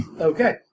Okay